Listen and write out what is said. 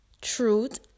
truth